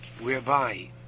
whereby